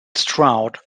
stroud